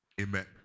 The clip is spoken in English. Amen